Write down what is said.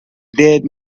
dead